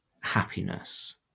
happiness